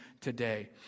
today